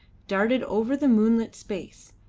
darted over the moonlit space,